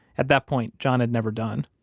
at that point john had never done.